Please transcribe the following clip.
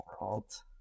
world